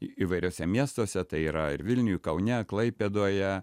įvairiuose miestuose tai yra ir vilniuj kaune klaipėdoje